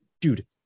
dude